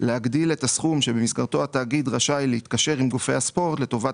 להגדיל את הסכום במסגרתו התאגיד רשאי להתקשר עם גופי הספורט לטובת